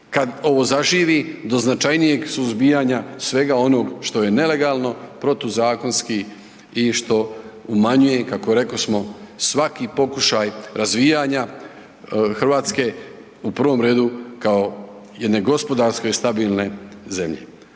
kad ovo zaživi, do značajnijeg suzbijanja svega onog što je nelegalno, protuzakonski i što umanjuje kako rekosmo svaki pokušaj razvijanja Hrvatske u prvom redu kao jedne gospodarske stabilne zemlje.